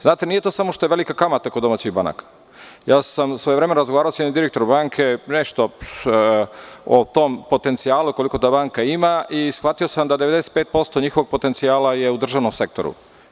Znate, nije to samo što je velika kamata kod domaćih banaka, svojevremeno sam razgovarao sa jednim direktorom banke, nešto o tom potencijalu koliko ta banka ima i shvatio sam da 95% njihovog potencijala je u državnom sektoru.